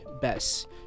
best